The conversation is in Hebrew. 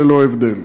ללא הבדל.